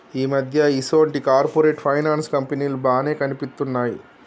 ఈ మధ్య ఈసొంటి కార్పొరేట్ ఫైనాన్స్ కంపెనీలు బానే కనిపిత్తున్నయ్